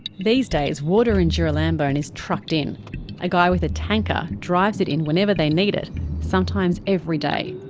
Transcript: these days water in girilambone is trucked in a guy with a tanker drives it in whenever they need it sometimes every day.